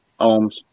ohms